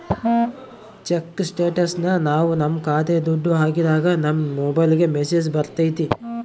check ಸ್ಟೇಟಸ್ನ ನಾವ್ ನಮ್ ಖಾತೆಗೆ ದುಡ್ಡು ಹಾಕಿದಾಗ ನಮ್ ಮೊಬೈಲ್ಗೆ ಮೆಸ್ಸೇಜ್ ಬರ್ತೈತಿ